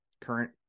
current